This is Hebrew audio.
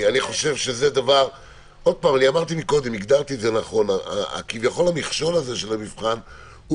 הגדתי קודם נכון: המכשול של המבחן הוא